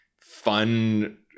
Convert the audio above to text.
fun